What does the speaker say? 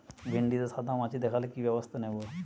ভিন্ডিতে সাদা মাছি দেখালে কি ব্যবস্থা নেবো?